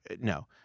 no